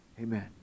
amen